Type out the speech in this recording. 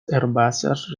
herbáceas